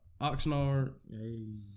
Oxnard